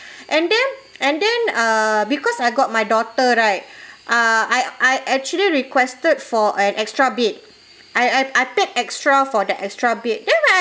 and then and then uh because I got my daughter right ah I I actually requested for an extra bed I I I paid extra for the extra bed then when I